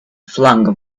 flung